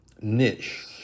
niche